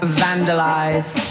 vandalize